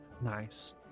nice